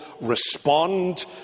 respond